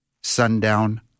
Sundown